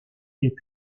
est